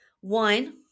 one